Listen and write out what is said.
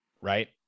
right